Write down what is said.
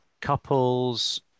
Couples